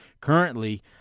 Currently